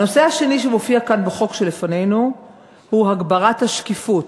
הנושא השני שמופיע בחוק שלפנינו הוא הגברת השקיפות,